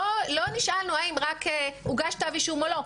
לא נשאלנו האם רק הוגש כתב אישום או לא,